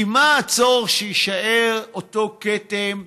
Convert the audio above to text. כי מה הצורך שיישאר אותו כתם,